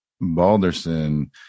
Balderson